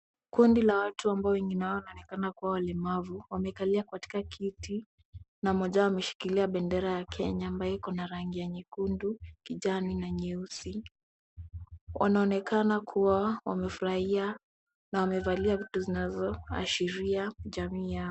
Kundi la watu ambao wengine wao wanaonekana kuwa walemavu wamekalia katika kiti na mmoja wao ameshikilia bendera ya Kenya ambayo iko na rangi ya nyekundu, kijani na nyeusi. Wanaonekana kuwa wamefurahia na wamevalia vitu zinazoashiria jamii yao.